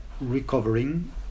recovering